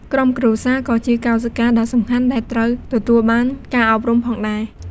ក្រុមគ្រួសារ ក៏ជាកោសិកាដ៏សំខាន់ដែលត្រូវទទួលបានការអប់រំផងដែរ។